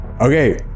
Okay